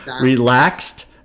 relaxed